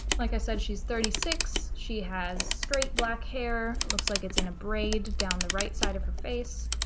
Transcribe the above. like i said, she's thirty six, she has straight black hair looks like it's in a braid down the right side of her face.